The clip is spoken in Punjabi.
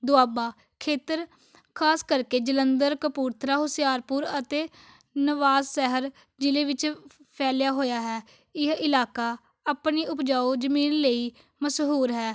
ਦੁਆਬਾ ਖੇਤਰ ਸਿਸ ਕਰਕੇ ਜਲੰਧਰ ਕਪੂਰਥਲਾ ਹੁਸ਼ਿਆਰਪੁਰ ਅਤੇ ਨਵਾਂਸ਼ਹਿਰ ਜ਼ਿਲ੍ਹੇ ਵਿੱਚ ਫੈਲਿਆ ਹੋਇਆ ਹੈ ਇਹ ਇਲਾਕਾ ਆਪਣੀ ਉਪਜਾਊ ਜਮੀਨ ਲਈ ਮਸ਼ਹੂਰ ਹੈ